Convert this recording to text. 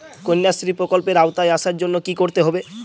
কন্যাশ্রী প্রকল্পের আওতায় আসার জন্য কী করতে হবে?